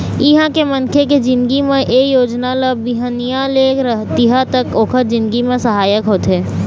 इहाँ के मनखे के जिनगी म ए योजना ल बिहनिया ले रतिहा तक ओखर जिनगी म सहायक होथे